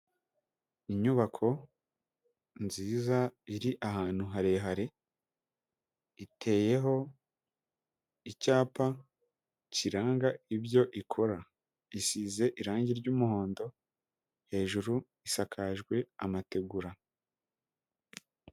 Inyubako nziza iri ahantu harehare, iteyeho icyapa kiranga ibyo ikora, isize irangi ry'umuhondo hejuru isakajwe amategura.